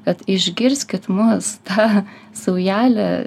kad išgirskit mus tą saujelę